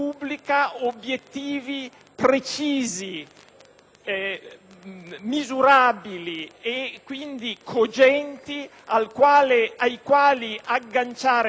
misurabili e quindi cogenti ai quali agganciare non soltanto il premio per il risultato